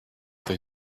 they